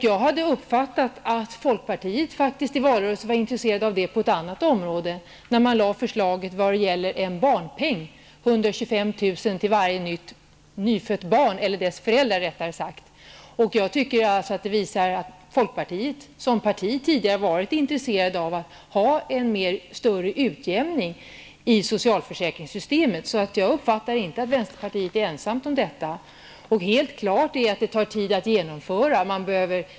Jag har uppfattat det som om folkpartiet i valrörelsen var intresserat av detta på ett annat område. Man lade fram ett förslag om en barnpeng på 125 000 för föräldrarna till ett nyfött barn. Jag tycker att det visar att folkpartiet tidigare varit intresserat av en större utjämning i socialförsäkringssystemet. Jag uppfattar således inte att vänsterpartiet är ensamt om detta. Det tar naturligtvis tid att genomföra ett sådant system.